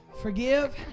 forgive